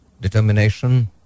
Determination